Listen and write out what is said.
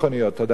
תודה רבה.